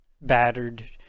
battered